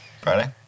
Friday